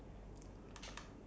um okay lah